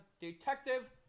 Detective